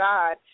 God